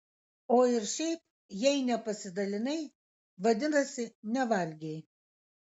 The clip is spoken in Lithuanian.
o ir šiaip jei nepasidalinai vadinasi nevalgei